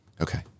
Okay